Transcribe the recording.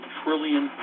trillion